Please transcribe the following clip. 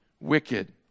wicked